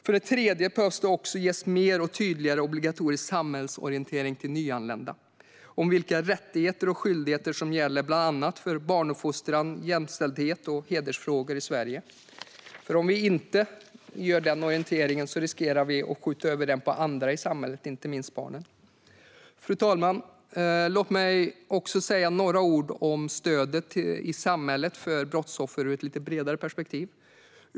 För det tredje: Det behövs också mer och tydligare obligatorisk samhällsorientering till nyanlända om vilka rättigheter och skyldigheter som gäller bland annat för barnuppfostran, jämställdhet och hedersfrågor i Sverige. Om vi inte gör den orienteringen riskerar vi att skjuta över den på andra i samhället, inte minst barnen. Fru talman! Låt mig också säga några ord om stödet i samhället för brottsoffer ur ett lite bredare perspektiv.